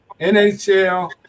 NHL